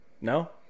No